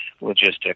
logistics